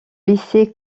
lycée